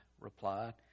replied